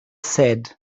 said